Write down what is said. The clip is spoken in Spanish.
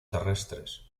terrestres